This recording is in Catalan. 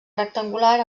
rectangular